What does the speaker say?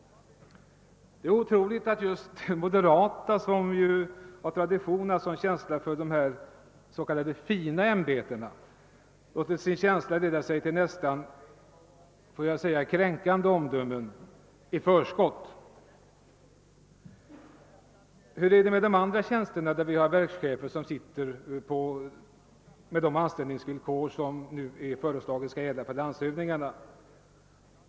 Det är otroligt att just de moderata, som ju av tradition haft känsla för de s.k. »fina» ämbetena, låtit denna känsla leda sig till nästan — får jag säga — kränkande omdömen i förskott. Hur är det med de andra tjänster där verkschefer har de anställningsvillkor som skall gälla för landshövdingarna?